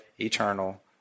eternal